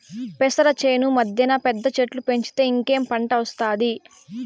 పెసర చేను మద్దెన పెద్ద చెట్టు పెంచితే ఇంకేం పంట ఒస్తాది